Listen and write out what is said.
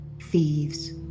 thieves